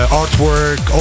artwork